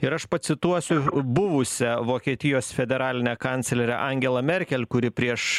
ir aš pacituosiu buvusią vokietijos federalinę kanclerę angelą merkel kuri prieš